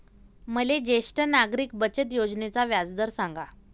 मले ज्येष्ठ नागरिक बचत योजनेचा व्याजदर सांगा